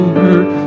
hurt